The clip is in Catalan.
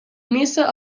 missa